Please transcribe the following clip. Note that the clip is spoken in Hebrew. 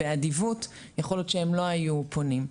באדיבות, יכול להיות שהם לא היו פונים.